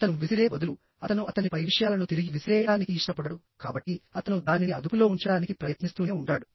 అతను విసిరే బదులు అతను అతనిపై విషయాలను తిరిగి విసిరేయడానికి ఇష్టపడడు కాబట్టి అతను దానిని అదుపులో ఉంచడానికి ప్రయత్నిస్తూనే ఉంటాడు